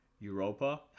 Europa